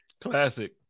Classic